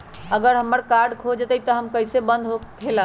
अगर हमर कार्ड खो जाई त इ कईसे बंद होकेला?